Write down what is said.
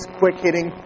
quick-hitting